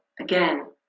again